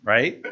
Right